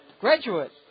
graduate